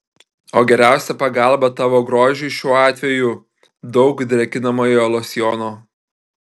o geriausia pagalba tavo grožiui šiuo atveju daug drėkinamojo losjono